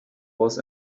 was